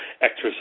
exercise